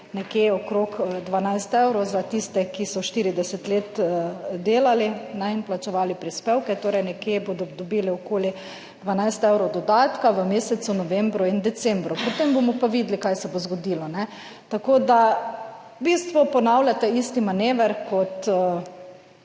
17.55 (Nadaljevanje) za tiste, ki so 40 let delali na in plačevali prispevke, torej nekje bodo dobili okoli 12 evrov dodatka v mesecu novembru in decembru, potem bomo pa videli kaj se bo zgodilo. Tako da, v bistvu ponavljate isti manever kot